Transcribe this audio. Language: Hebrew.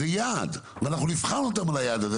זה יעד ואנחנו נבחן אותם על היעד הזה.